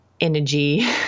energy